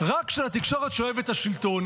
רק של התקשורת שאוהבת את השלטון.